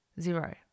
Zero